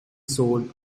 sold